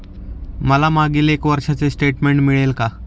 मला मागील एक वर्षाचे स्टेटमेंट मिळेल का?